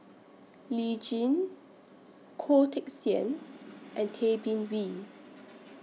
Lee Tjin Goh Teck Sian and Tay Bin Wee